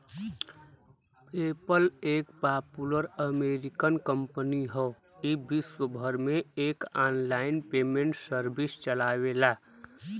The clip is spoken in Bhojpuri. पेपल एक पापुलर अमेरिकन कंपनी हौ ई विश्वभर में एक आनलाइन पेमेंट सर्विस चलावेला